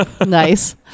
Nice